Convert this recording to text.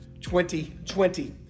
2020